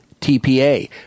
TPA